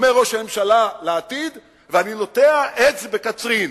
אומר ראש הממשלה לעתיד, ואני נוטע עץ בקצרין.